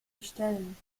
bestellen